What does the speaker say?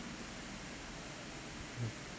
mm